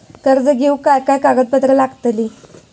कर्ज घेऊक काय काय कागदपत्र लागतली?